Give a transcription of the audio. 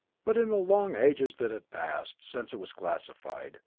but in the long ages that had passed since it was classified,